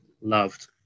loved